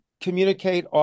communicate